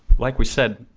like we said,